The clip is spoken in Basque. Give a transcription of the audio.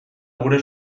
gure